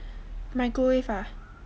microwave ah